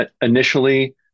initially